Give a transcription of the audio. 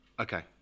okay